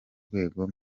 rwego